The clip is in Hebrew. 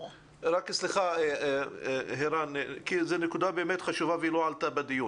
זו נקודה באמת חשובה והיא לא עלתה בדיון.